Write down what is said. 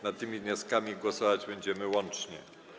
Nad tymi wnioskami głosować będziemy łącznie.